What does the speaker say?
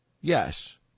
Yes